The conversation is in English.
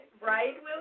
Right